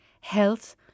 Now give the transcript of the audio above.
health